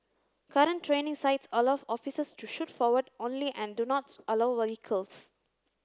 current training sites allow officers to shoot forward only and do not allow vehicles